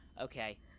Okay